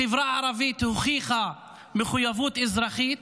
החברה הערבית הוכיחה מחויבות אזרחית,